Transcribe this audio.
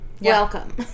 Welcome